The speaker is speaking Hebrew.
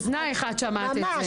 באוזנייך את שמעת את זה.